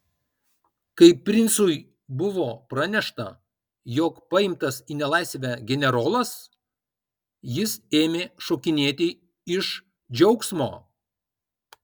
kai princui buvo pranešta jog paimtas į nelaisvę generolas jis ėmė šokinėti iš džiaugsmo